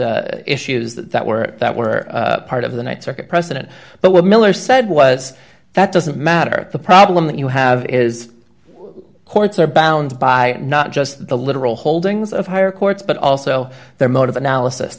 exact issues that were that were part of the th circuit precedent but what miller said was that doesn't matter the problem that you have is courts are bound by not just the literal holdings of higher courts but also their mode of analysis